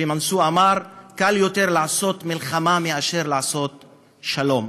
קלמנסו אמר: קל יותר לעשות מלחמה מאשר לעשות שלום.